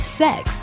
sex